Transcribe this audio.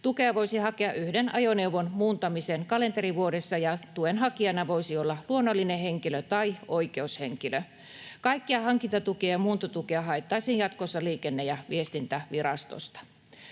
Tukea voisi hakea yhden ajoneuvon muuntamiseen kalenterivuodessa, ja tuen hakijana voisi olla luonnollinen henkilö tai oikeushenkilö. Kaikkia hankintatukia ja muuntotukia haettaisiin jatkossa Liikenne- ja viestintävirastosta.